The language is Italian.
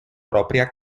propria